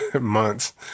months